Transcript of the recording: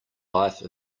life